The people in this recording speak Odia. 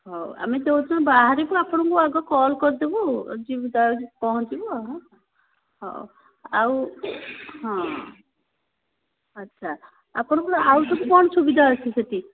ହଉ ଆମେ ଯେଉଁ ଦିନ ବହାରିବୁ ଆପଣଙ୍କୁ ଆଗ କଲ୍ କରିଦେବୁ ପହଞ୍ଚିବୁ ଆଉ ହଁ ହଉ ଆଉ ହଁ ଆଚ୍ଛା ଆପଣଙ୍କର ଆଉ ସବୁ କ'ଣ ସୁବିଧା ଅଛି ସେଇଠି